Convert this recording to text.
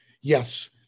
Yes